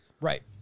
right